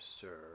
sir